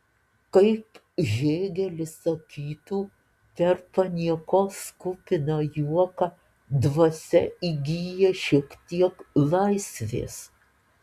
kaip hėgelis sakytų per paniekos kupiną juoką dvasia įgyja šiek tiek laisvės